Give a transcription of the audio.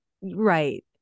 Right